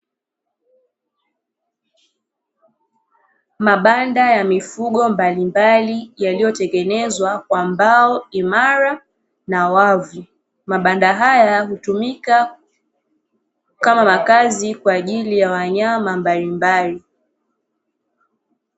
Mabanda ya mifugo mbalimbali yaliyotengenezwa kwa mbao imara na wavu, mabanda haya hutumika kama makazi kwa ajili ya wanyama mbalimbali.